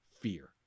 fear